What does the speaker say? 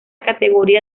categoría